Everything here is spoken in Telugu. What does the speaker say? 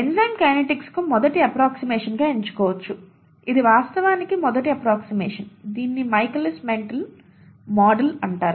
ఎంజైమ్ కైనెటిక్స్ కు మొదటి అప్ప్రోక్సిమేషన్ గా ఎంచుకోవచ్చు ఇది వాస్తవానికి మొదటి అప్ప్రోక్సిమేషన్ దీనిని మైఖేలిస్ మెంటన్ మోడల్ అంటారు